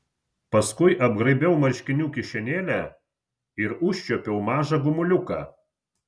paskui apgraibiau marškinių kišenėlę ir užčiuopiau mažą gumuliuką